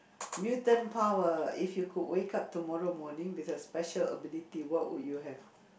mutant power if you could wake up tomorrow morning with a special ability what would you have